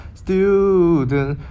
student